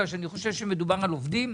בגלל שאני חושב שמדובר על עובדים,